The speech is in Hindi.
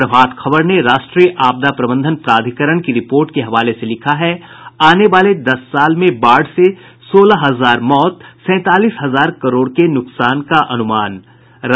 प्रभात खबर ने राष्ट्रीय आपदा प्रबंधन प्राधिकरण की रिपोर्ट के हवाले से लिखा है आने वाले दस साल में बाढ़ से सोलह हजार मौत और सैंतालीस हजार करोड़ के नुकसान का अनुमान है